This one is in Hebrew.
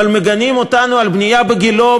אבל מגנים אותנו על בנייה בגילה,